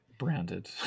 branded